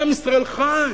עם ישראל חי,